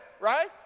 Right